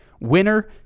winner